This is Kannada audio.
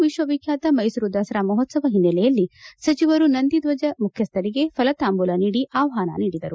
ವಿಶ್ವ ವಿಖ್ಯಾತ ಮೈಸೂರು ದಸರಾ ಮಹೋತ್ಸವ ಹಿನ್ನೆಲೆಯಲ್ಲಿ ಸಚಿವರು ನಂದಿದ್ದಜ ಮುಖ್ಯಸ್ಥರಿಗೆ ಫಲತಾಂಬೂಲ ನೀಡಿ ಆಷ್ಟಾನ ನೀಡಿದರು